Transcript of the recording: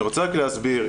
אני רוצה רק להסביר.